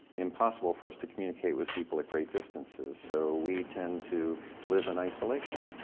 impossible for us to communicate with people at great distances. so we tend to live in isolation.